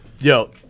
Yo